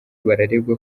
bararegwa